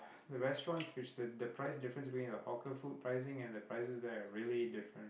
the restaurants which the the price difference between the hawker food pricing and the prices there are really different